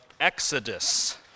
Exodus